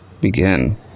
begin